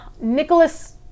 Nicholas